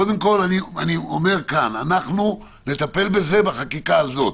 קודם כל, נטפל בזה בחקיקה הזאת.